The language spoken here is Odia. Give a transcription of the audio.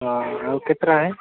ହଁ ଆଉ କେତେ ଟଙ୍କା ହେ